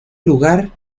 lugar